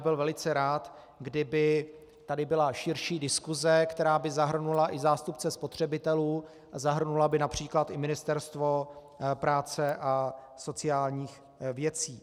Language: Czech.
Byl bych velice rád, kdyby tady byla širší diskuse, která by zahrnula i zástupce spotřebitelů a zahrnula by například i zástupce Ministerstva práce a sociálních věcí.